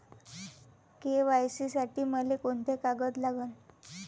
KYC साठी मले कोंते कागद लागन?